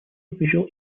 visual